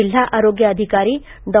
जिल्हा आरोग्य अधिकारी डॉ